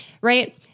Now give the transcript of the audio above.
right